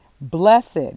Blessed